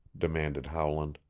demanded howland.